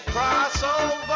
Crossover